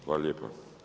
Hvala lijepa.